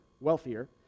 wealthier